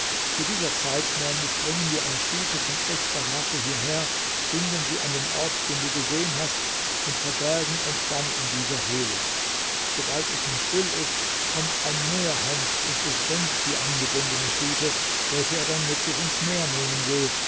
zu dieser zeit nämlich bringen wir eine stute von echter rasse hierher binden sie an den ort den du gesehen hast und verbergen uns dann in dieser höhle sobald es nun still ist kommt ein meerhengst und bespringt die angebundene stute welche er dann mit sich ins meer nehmen will